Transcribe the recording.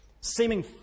seeming